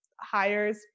hires